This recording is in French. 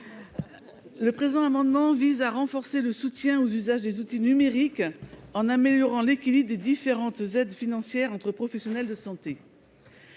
Mon amendement vise à renforcer le soutien à l'usage des outils numériques en améliorant l'équilibre des différentes aides financières entre professionnels de santé.